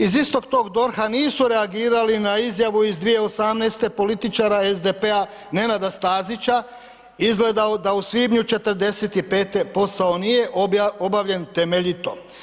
Iz istog tog DORH-a nisu reagirali na izjavu iz 2018. političara SDP-a Nenada Stazića, izgleda da u svibnju '45. nije obavljen temeljito.